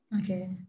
Okay